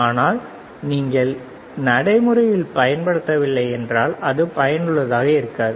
ஆனால் நீங்கள் நடைமுறையில் பயன்படுத்தவில்லை என்றால் அது பயனுள்ளதாக இருக்காது